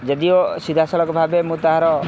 ଯଦିଓ ସିଧାସଳଖ ଭାବେ ମୁଁ ତାହାର